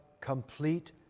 complete